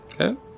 Okay